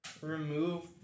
remove